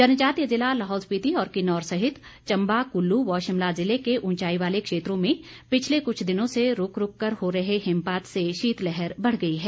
जनजातीय जिला लाहौल स्पीति और किन्नौर सहित चम्बा कुल्लू व शिमला जिले के ऊंचाई वाले क्षेत्रों में पिछले कुछ दिनों से रूक रूक कर हो रहे हिमपात से शीतलहर बढ़ गई है